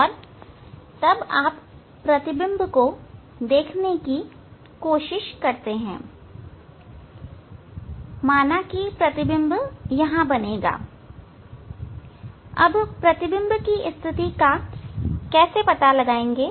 और तब आप प्रतिबिंब को देखने की कोशिश करते हैं माना प्रतिबिंब यहां बनेगा अब प्रतिबिंब की स्थिति का पता कैसे लगाएंगे